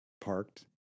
parked